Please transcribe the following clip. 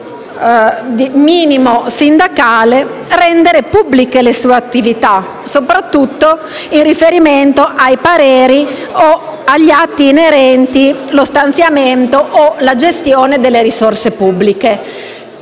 minimo sindacale, rendere pubbliche le sue attività, soprattutto in riferimento ai pareri o agli atti inerenti lo stanziamento o la gestione delle risorse pubbliche.